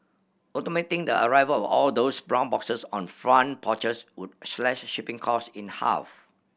automating the arrival all those brown boxes on front porches would slash shipping costs in half